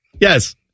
Yes